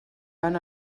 van